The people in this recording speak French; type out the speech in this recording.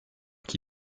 qui